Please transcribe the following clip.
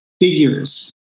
figures